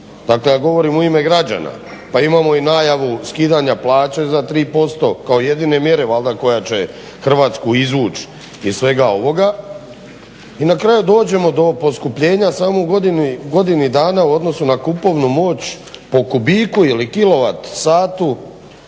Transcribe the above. dakle ja govorim u ime građana, pa imamo najavu skidanja plaće za 3% kao jedine mjere koja će Hrvatsku izvući iz svega ovoga. I na kraju dođemo do poskupljenja u samo godini dana u odnosu na kupovnu moć po kubiku ili